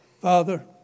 Father